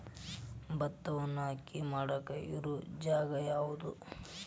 ಭತ್ತವನ್ನು ಅಕ್ಕಿ ಮಾಡಾಕ ಇರು ಜಾಗ ಯಾವುದು?